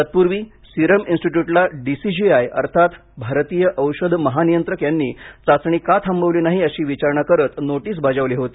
तत्पूर्वी सीरम इंस्टिट्यूटला डीसीजीआय अर्थात भारतीय औषध महानियंत्रक यांनी चाचणी का थांबवली नाही अशी विचारणा करत नोटीस बजावली होती